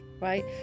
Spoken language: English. right